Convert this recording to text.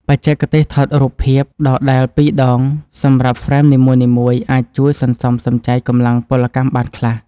បច្ចេកទេសថតរូបភាពដដែលពីរដងសម្រាប់ហ្វ្រេមនីមួយៗអាចជួយសន្សំសំចៃកម្លាំងពលកម្មបានខ្លះ។